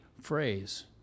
phrase